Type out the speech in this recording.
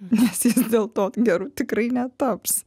nes jis dėl to geru tikrai netaps